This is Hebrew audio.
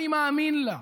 אני מאמין לה.